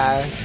Bye